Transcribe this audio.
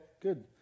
good